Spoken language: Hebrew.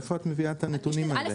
מאיפה את מביאה את הנתונים האלה?